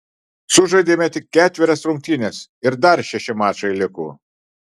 sužaidėme tik ketverias rungtynes ir dar šeši mačai liko